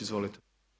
Izvolite.